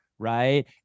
Right